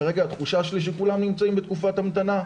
כרגע התחושה שלי שכולם נמצאים בתקופת המתנה,